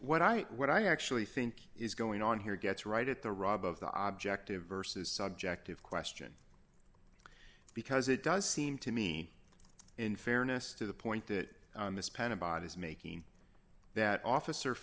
what i what i actually think is going on here gets right at the rub of the object of versus subjective question because it does seem to me in fairness to the point that this panel body is making that officer